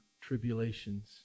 tribulations